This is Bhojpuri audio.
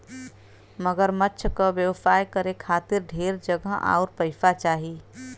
मगरमच्छ क व्यवसाय करे खातिर ढेर जगह आउर पइसा चाही